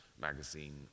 magazine